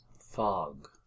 fog